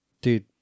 Dude